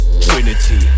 Trinity